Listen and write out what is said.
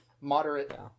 moderate